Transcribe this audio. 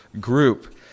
group